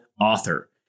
author